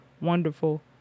wonderful